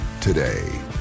today